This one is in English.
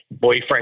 boyfriend